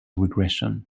regression